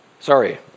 Sorry